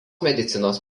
medicinos